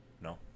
No